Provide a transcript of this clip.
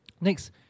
Next